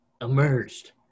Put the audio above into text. Emerged